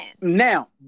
Now